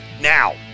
Now